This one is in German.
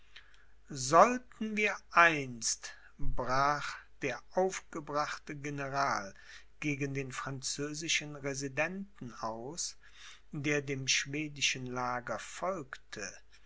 sollten wir einst brach der aufgebrachte general gegen den französischen residenten aus der dem schwedischen lager folgte